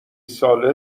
ساله